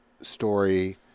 story